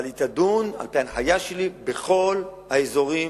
אבל היא תדון על-פי הנחיה שלי בכל האזורים,